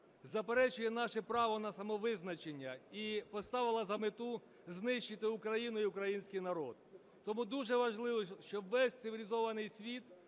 заперечує наше право на самовизначення і поставила за мету знищити Україну і український народ. Тому дуже важливо, щоб весь цивілізований світ